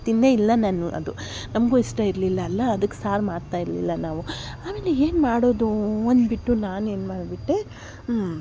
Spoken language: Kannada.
ತಿಂದೇ ಇಲ್ಲ ನಾನು ಅದು ನಮಗೂ ಇಷ್ಟ ಇರಲಿಲ್ಲ ಎಲ್ಲ ಅದಕ್ಕೆ ಸಾರು ಮಾಡ್ತಾ ಇರಲಿಲ್ಲ ನಾವು ಆಮೇಲೆ ಏನು ಮಾಡೋದು ಅನ್ಬಿಟ್ಟು ನಾನೇನು ಮಾಡಿಬಿಟ್ಟೆ ಹ್ಞೂ